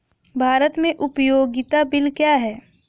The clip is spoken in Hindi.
भारत में उपयोगिता बिल क्या हैं?